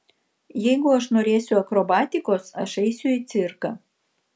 jeigu aš norėsiu akrobatikos aš eisiu į cirką